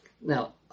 Now